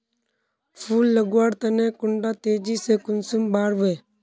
फुल लगवार तने कुंडा तेजी से कुंसम बार वे?